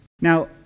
Now